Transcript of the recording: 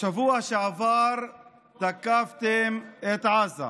שהידים ואסירים, בשבוע שעבר תקפתם את עזה.